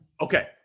Okay